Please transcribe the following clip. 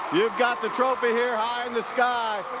you've got the trophy here high in the sky.